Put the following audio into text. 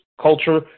culture